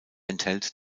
enthält